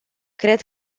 cred